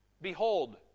Behold